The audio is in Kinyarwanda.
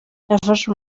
nafashe